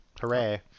Hooray